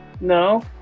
No